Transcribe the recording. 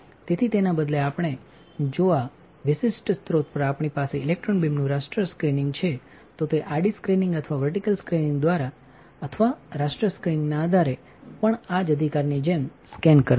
તેથી તેના બદલે આપણે જો આ વિશિષ્ટ સ્રોત પર આપણી પાસે ઇલેક્ટ્રોન બીમનું રાસ્ટર સ્કેનીંગ છે તો તે આડી સ્ક્રિનિંગ અથવા વર્ટીકલ સ્કેનીંગ અથવા રાસ્ટર સ્કેનીંગના આધારે પણ આ જ અધિકારની જેમ સ્કેન કરશે